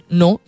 no